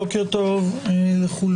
בוקר טוב לכולם,